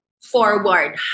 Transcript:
forward